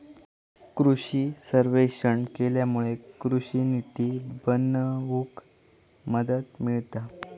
कृषि सर्वेक्षण केल्यामुळे कृषि निती बनवूक मदत मिळता